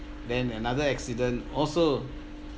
then another accident also